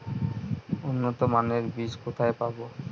উন্নতমানের বীজ কোথায় পাব?